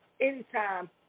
Anytime